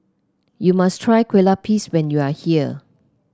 you must try Kue Lupis when you are here